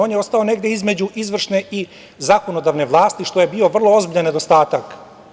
On je ostao negde između izvršne i zakonodavne vlasti što je bio vrlo ozbiljan nedostatak.